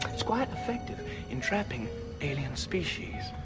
it's quite effective in trapping alien species.